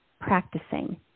practicing